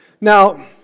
Now